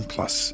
Plus